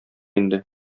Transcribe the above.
инде